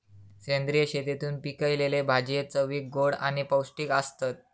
सेंद्रिय शेतीतून पिकयलले भाजये चवीक गोड आणि पौष्टिक आसतत